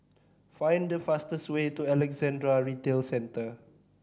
find the fastest way to Alexandra Retail Centre